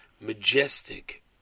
majestic